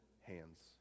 hands